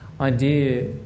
idea